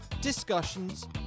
discussions